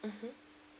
mmhmm